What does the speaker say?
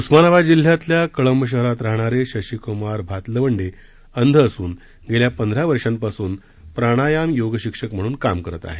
उस्मानाबाद जिल्ह्यातल्या कळंब शहरात राहणाऱ्या शशिक्मार भातलवंडे अंध असून गेल्या पंधरा वर्षांपासून प्राणायाम योग शिक्षक म्हणून काम करत आहेत